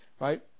right